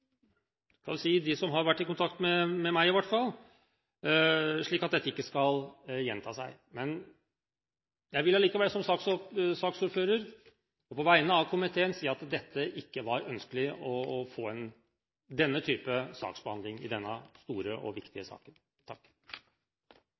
skal ikke gjenta seg. Jeg vil som saksordfører og på vegne av komiteen likevel si at det ikke var ønskelig å få denne type saksbehandling i denne store og viktige